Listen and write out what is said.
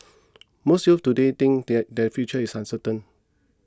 most youths today think that their future is uncertain